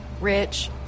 rich